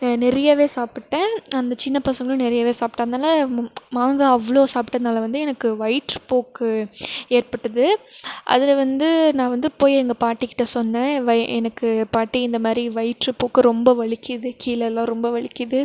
நிறையவே சாப்பிட்டேன் அந்த சின்ன பசங்களும் நிறையவே சாப்பிட்டதுனால மாங்காய் அவ்வளோ சாப்பிட்டதுனால வந்து எனக்கு வயிற்றுப் போக்கு ஏற்பட்டுது அதில் வந்து நான் வந்து போய் எங்கள் பாட்டி கிட்ட சொன்னேன் எனக்கு பாட்டி இந்த மாதிரி வயிற்றுப்போக்கு ரொம்ப வலிக்கிறது கீழேலாம் ரொம்ப வலிக்கிறது